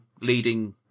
leading